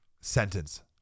sentence